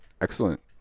excellent